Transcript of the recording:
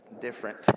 different